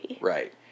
right